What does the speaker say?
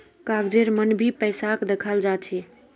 कागजेर मन भी पैसाक दखाल जा छे